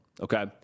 Okay